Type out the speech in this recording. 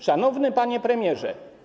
Szanowny Panie Premierze!